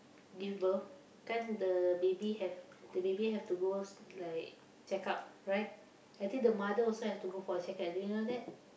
give birth kan the baby have the baby have to go like check-up right I think the mother also have to go for check-up do you know that